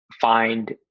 find